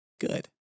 good